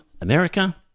America